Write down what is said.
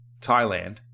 Thailand